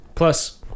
Plus